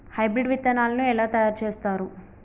Hybrid విత్తనాలను ఎలా తయారు చేస్తారు?